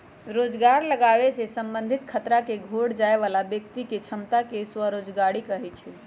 रोजगार लागाबे से संबंधित खतरा के घोट जाय बला व्यक्ति के क्षमता के स्वरोजगारी कहै छइ